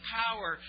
power